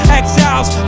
exiles